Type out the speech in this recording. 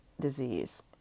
disease